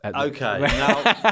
Okay